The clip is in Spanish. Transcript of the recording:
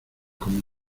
como